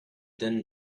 din